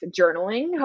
journaling